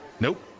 Nope